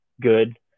good